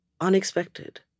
unexpected